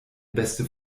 beste